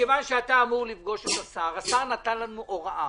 ומכיוון שאתה אמור לפגוש את השר השר נתן לנו הוראה,